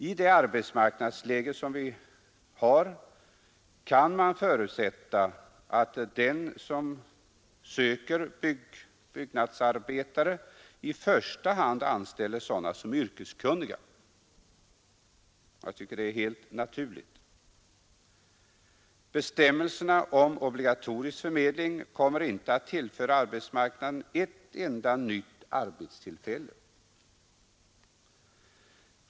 I det arbetsmarknadsläge som vi har kan det förutsättas, att den som söker byggnadsarbetare i första hand anställer sådana som är yrkeskunniga. Jag tycker att detta är helt naturligt. Bestämmelserna om obligatorisk förmedling kommer icke att tillföra arbetsmarknaden ett enda nytt arbetstillfälle.